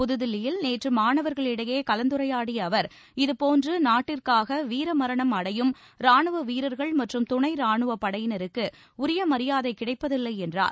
புதுதில்லியில் நேற்று மாணவர்களிடையே கலந்துரையாடிய அவர் இதடோன்று நாட்டிற்காக வீரமரணம் அடையும் ராணுவ வீரர்கள் மற்றும் துணை ராணுவப் படையினருக்கு உரிய மரியாதை கிடைப்பதில்லை என்றார்